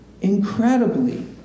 Incredibly